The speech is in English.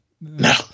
No